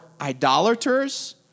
idolaters